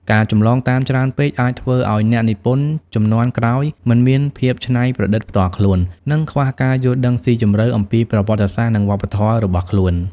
ការចម្លងតាមច្រើនពេក អាចធ្វើឲ្យអ្នកនិពន្ធជំនាន់ក្រោយមិនមានភាពច្នៃប្រឌិតផ្ទាល់ខ្លួន និងខ្វះការយល់ដឹងស៊ីជម្រៅអំពីប្រវត្តិសាស្ត្រ និងវប្បធម៌របស់ខ្លួន។